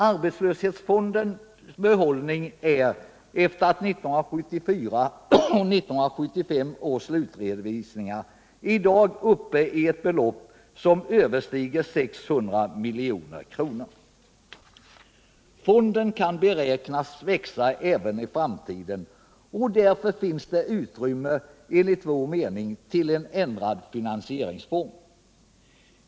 Arbetslöshetsfondens behållning är efter 1974 och 1975 års slutredovisningar i dag uppe i ett belopp som överstiger 600 milj.kr. Fonden kan beräknas växa även i framtiden, och därför finns det utrymme enligt vår mening för en ändrad finansieringsform.